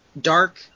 dark